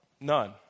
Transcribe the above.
none